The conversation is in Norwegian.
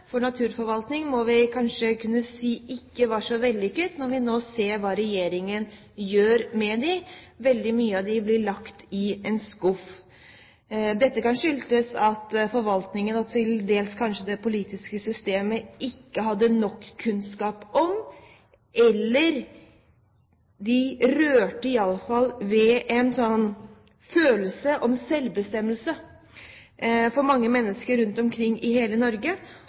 for naturforvaltning, må vi kanskje kunne si ikke var så vellykket når vi nå ser hva regjeringen gjør med dem. Veldig mange av dem ble lagt i en skuff. Dette kan skyldes at forvaltningen og til dels det politiske systemet ikke hadde nok kunnskap om dette – de rørte iallfall ved en følelse av selvbestemmelse for mange mennesker rundt omkring i hele Norge.